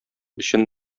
өчен